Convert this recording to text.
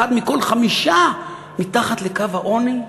אחד מכל חמישה הוא מתחת לקו העוני?